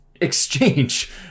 exchange